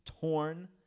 torn